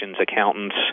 accountants